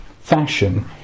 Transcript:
fashion